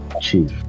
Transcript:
Chief